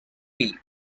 bee